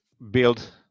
build